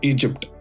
Egypt